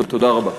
תודה רבה.